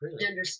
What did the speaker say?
gender